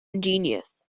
ingenious